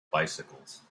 bicycles